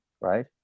right